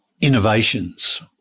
Innovations